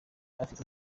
adafite